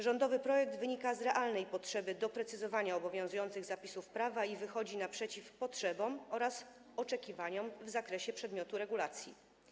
Rządowy projekt wynika z realnej potrzeby doprecyzowania obowiązujących zapisów prawa i wychodzi naprzeciw potrzebom oraz oczekiwaniom w zakresie przedmiotu regulacji.